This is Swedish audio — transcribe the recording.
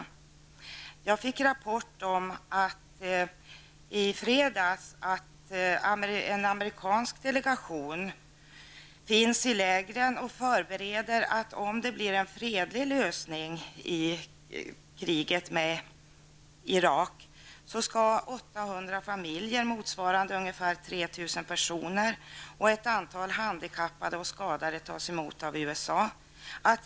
I fredags fick jag en rapport om att en amerikansk delegation finns i lägren och förbereder att om det blir en fredlig lösning i kriget med Irak skall 800 familjer, motsvarande ca 3 000 personer, och ett antal handikappade och skadade tas emot av USA.